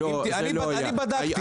אני בדקתי.